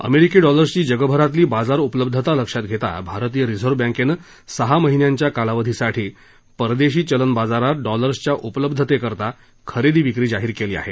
American डॉलर्सची जगभरातली बाजार उपलब्धता लक्षात घेता भारतीय रिझर्व्ह बँकेनं सहा महिन्यांच्या कालावधीसाठी परदेशी चलन बाजारात डॉलर्सच्या उपलब्धीकरता खरेदी विक्री जाहीर केली आहे